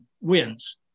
wins